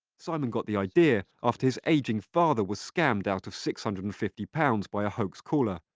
simon got the idea after his ageing father was scammed out of six hundred and fifty pounds by a hoax caller.